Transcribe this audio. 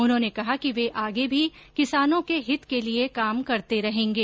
उन्होने कहा कि वे आगे भी किसानों के हित के लिये काम करते रहेंगे